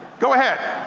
go ahead.